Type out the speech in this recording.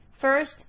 First